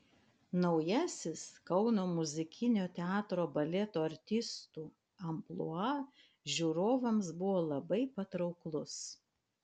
naujasis kauno muzikinio teatro baleto artistų amplua žiūrovams buvo labai patrauklus